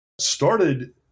started